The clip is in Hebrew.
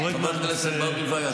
חברת הכנסת ברביבאי,